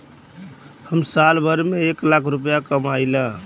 हम साल भर में एक लाख रूपया कमाई ला